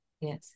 Yes